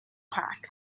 pack